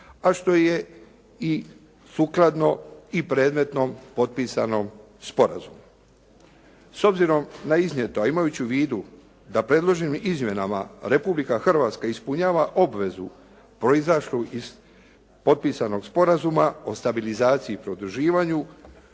sukladno i sukladno i predmetnom potpisanom sporazumu. S obzirom na iznijeto, a imajući u vidu da predloženim izmjenama Republika Hrvatska ispunjava obvezu proizašlu iz potpisanog Sporazuma o stabilizaciji i pridruživanju,